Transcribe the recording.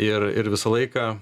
ir ir visą laiką